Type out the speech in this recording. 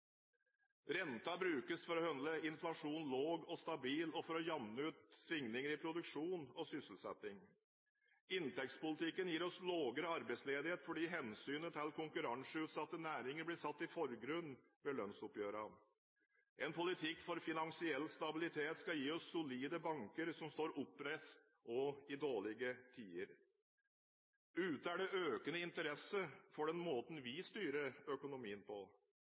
Renten brukes for å holde inflasjonen lav og stabil og for å jevne ut svingninger i produksjon og sysselsetting. Inntektspolitikken gir oss lavere arbeidsledighet fordi hensynet til konkurranseutsatte næringer blir satt i forgrunnen ved lønnsoppgjørene. En politikk for finansiell stabilitet skal gi oss solide banker som står oppreist også i dårlige tider. Ute er det økende interesse for den måten vi styrer økonomien på.